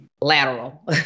lateral